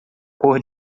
cor